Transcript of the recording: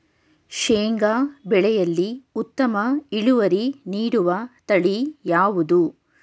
ಶೇಂಗಾ ಬೆಳೆಯಲ್ಲಿ ಉತ್ತಮ ಇಳುವರಿ ನೀಡುವ ತಳಿ ಯಾವುದು?